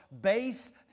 base